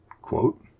quote